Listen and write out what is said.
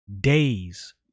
days